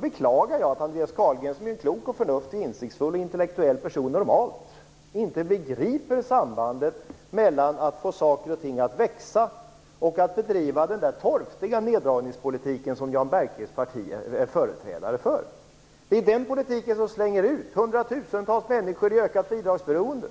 beklagar jag att Andreas Carlgren, som är en klok, förnuftig, insiktsfull och intellektuell person normalt, inte begriper sambandet mellan att få saker och ting att växa och att bedriva den torftiga neddragningspolitik som Jan Bergqvists parti är företrädare för. Det är den politiken som slänger ut hundratusentals människor i ökat bidragsberoende.